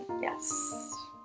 Yes